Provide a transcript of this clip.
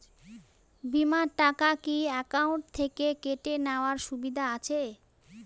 বিমার টাকা কি অ্যাকাউন্ট থেকে কেটে নেওয়ার সুবিধা আছে?